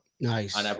nice